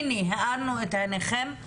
הנה, הארנו את עיניכם.